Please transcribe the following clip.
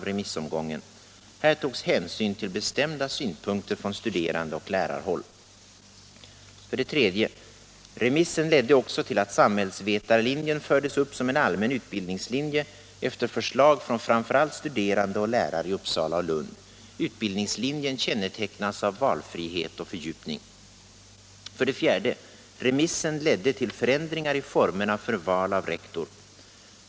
Remissen ledde vidare till förändringar i formerna för val av rektor.